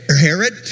Herod